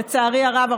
לצערי הרב,